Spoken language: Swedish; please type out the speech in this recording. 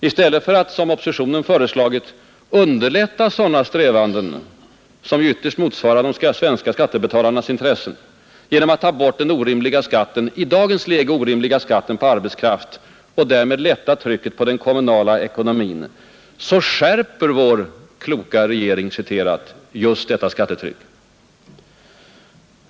I stället för att — som oppositionen föreslagit — underlätta sådana strävanden som ytterst motsvarar de svenska skattebetalarnas intressen genom att ta bort den i dagens läge orimliga skatten på arbetskraft och därmed lätta trycket på den kommunala ekonomin, skärper vår ”kloka” regering just detta skattetryck.